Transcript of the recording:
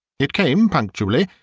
it came punctually,